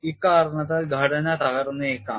ഇക്കാരണത്താൽ ഘടന തകർന്നേക്കാം